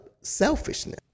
selfishness